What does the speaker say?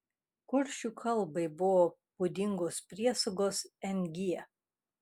kuršių kalbai buvo būdingos priesagos ng